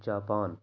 Japan